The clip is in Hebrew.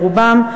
ברובם,